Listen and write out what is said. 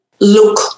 look